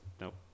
Nope